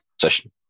session